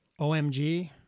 OMG